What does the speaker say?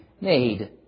made